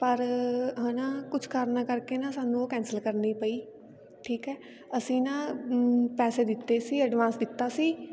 ਪਰ ਹੈ ਨਾ ਕੁਛ ਕਾਰਨਾਂ ਕਰਕੇ ਨਾ ਸਾਨੂੰ ਉਹ ਕੈਂਸਲ ਕਰਨੀ ਪਈ ਠੀਕ ਹੈ ਅਸੀਂ ਨਾ ਪੈਸੇ ਦਿੱਤੇ ਸੀ ਐਡਵਾਂਸ ਦਿੱਤਾ ਸੀ